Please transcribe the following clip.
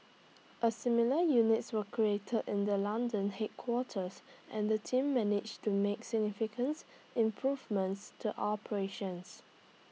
A similar units were created in the London headquarters and the team managed to make significance improvements to operations